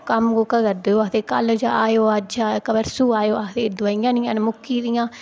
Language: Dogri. कम्म कोह्का करदे ओह् आखदे कल जाएओ अज्ज आएओ परसू आएओ ओह् आखदे दुआइयां नेईं हैन मुक्की गेदियां